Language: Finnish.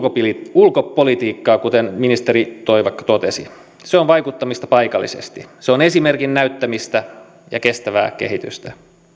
ulkopolitiikkaa kuten ministeri toivakka totesi se on vaikuttamista paikallisesti se on esimerkin näyttämistä ja kestävää kehitystä